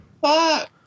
Fuck